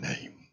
name